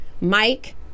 Mike